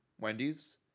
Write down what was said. Wendy's